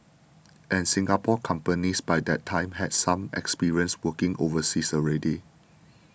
and Singapore companies by that time had some experience working overseas already